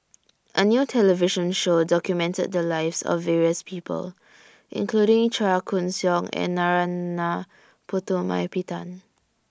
A New television Show documented The Lives of various People including Chua Koon Siong and Narana Putumaippittan